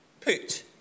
put